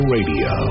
Radio